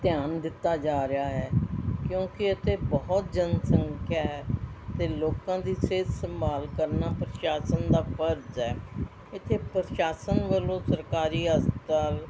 ਧਿਆਨ ਦਿੱਤਾ ਜਾ ਰਿਹਾ ਹੈ ਕਿਉਂਕਿ ਇੱਥੇ ਬਹੁਤ ਜਨਸੰਖਿਆ ਹੈ ਅਤੇ ਲੋਕਾਂ ਦੀ ਸਿਹਤ ਸੰਭਾਲ ਕਰਨਾ ਪ੍ਰਸ਼ਾਸਨ ਦਾ ਫਰਜ਼ ਹੈ ਇੱਥੇ ਪ੍ਰਸ਼ਾਸਨ ਵੱਲੋਂ ਸਰਕਾਰੀ ਹਸਪਤਾਲ